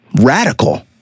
radical